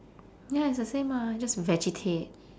ya it's the same ah just vegetate